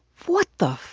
what the?